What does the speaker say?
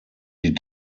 sie